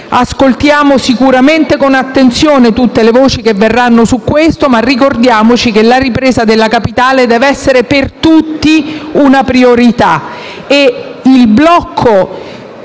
Ascoltiamo sicuramente con attenzione tutte le voci che verranno su questo, ma ricordiamoci che la ripresa della Capitale deve essere per tutti una priorità